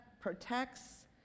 protects